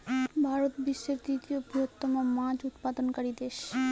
ভারত বিশ্বের তৃতীয় বৃহত্তম মাছ উৎপাদনকারী দেশ